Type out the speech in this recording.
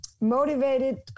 motivated